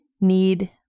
need